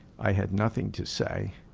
i had nothing to say